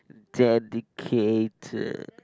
dedicated